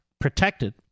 protected